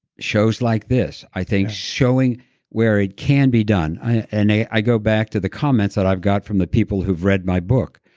shows like this. i think showing where it can be done and i i go back to the comments that i've got from the people who've read my book.